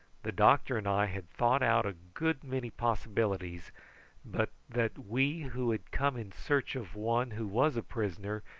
the doctor and i had thought out a good many possibilities but that we, who had come in search of one who was a prisoner,